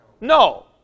No